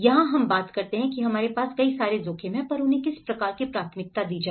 यहां हम बात करते हैं कि हमारे पास कई सारे जोखिम है पर उन्हें किस प्रकार की प्राथमिकता दी जाए